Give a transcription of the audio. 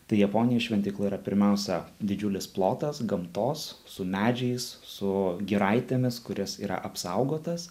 tai japonijoj šventykla yra pirmiausia didžiulis plotas gamtos su medžiais su giraitėmis kuris yra apsaugotas